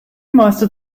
meiste